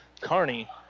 Carney